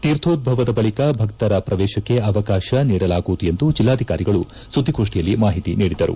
ತೀರ್ಥೋದ್ವವದ ಬಳಿಕ ಭಕ್ತರ ಪ್ರವೇಶಕ್ಕೆ ಅವಕಾಶ ನೀಡಲಾಗುವುದು ಎಂದು ಜಿಲ್ಲಾಧಿಕಾರಿಗಳು ಸುದ್ದಿಗೋಷ್ಠಿಯಲ್ಲಿ ಮಾಹಿತಿ ನೀಡಿದರು